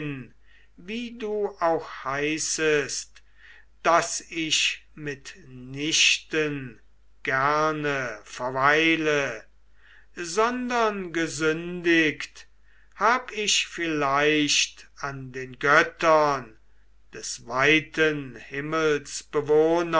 wie du auch heißest daß ich mitnichten gerne verweile sondern gesündigt hab ich vielleicht an den göttern des weiten